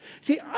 See